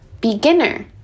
Beginner